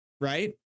right